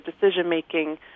decision-making